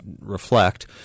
reflect